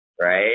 right